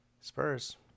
Spurs